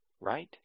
right